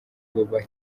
kuba